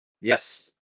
Yes